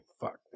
Fuck